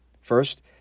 First